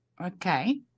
Okay